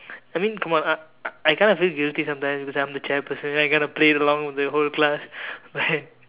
I mean come on I I kinda feel guilty sometimes because I'm the chair person and I got to play along with the whole class right